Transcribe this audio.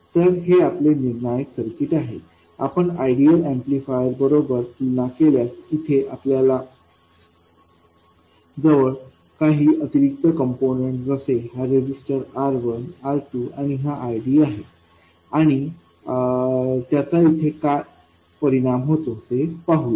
तर हे आपले निर्णयाक सर्किट आहे आपण आइडियल ऍम्प्लिफायर बरोबर तुलना केल्यास इथे आपल्या जवळ काही अतिरिक्त कम्पोनन्ट जसे हा रेझिस्टर R1 R2 आणि हा RDआहेत आणि त्याचा इथे परिणाम काय होतो ते पाहूया